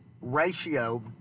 ratio